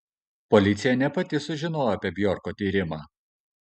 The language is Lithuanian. policija ne pati sužinojo apie bjorko tyrimą